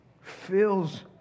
fills